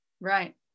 right